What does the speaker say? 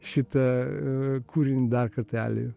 šitą kūrinį dar kartelį